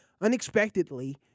unexpectedly